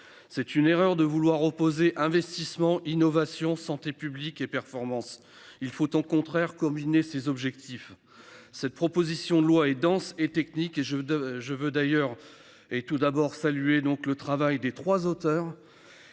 C'est une erreur de vouloir opposer investissements Innovation Santé publique et performance, il faut au contraire et ses objectifs. Cette proposition de loi et dense et techniques et je je veux d'ailleurs et tout d'abord saluer donc le travail des trois auteurs.